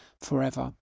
forever